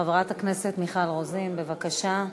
חברת הכנסת מיכל רוזין, בבקשה.